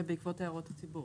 ובעקבות הערות הציבור.